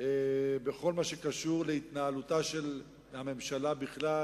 בכל מה שקשור להתנהלותה של הממשלה בכלל,